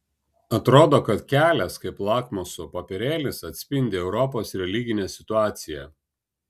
atrodo kad kelias kaip lakmuso popierėlis atspindi europos religinę situaciją